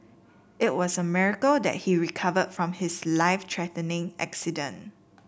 it was a miracle that he recovered from his life threatening accident